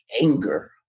anger